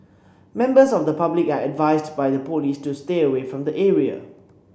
members of the public are advised by the police to stay away from the area